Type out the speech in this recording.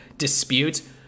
dispute